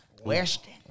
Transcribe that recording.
western